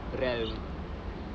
realm